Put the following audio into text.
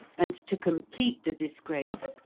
and, to complete the disgrace,